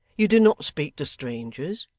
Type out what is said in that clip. you do not speak to strangers.